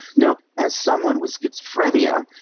now, as someone with schizophrenia,